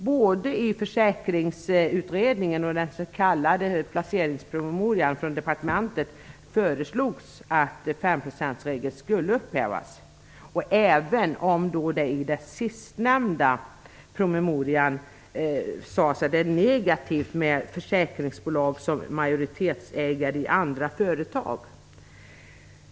Både i försäkringsutredningen och i den s.k. placeringspromemorian från departementet föreslogs att femprocentsregeln skulle upphävas. I den sistnämnda promemorian sades dock att det är negativt med försäkringsbolag som majoritetsägare i andra företag.